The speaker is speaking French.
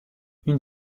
une